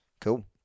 Cool